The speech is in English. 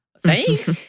thanks